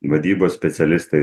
vadybos specialistai